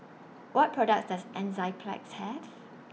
What products Does Enzyplex Have